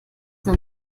noch